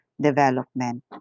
development